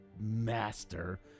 master